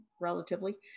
relatively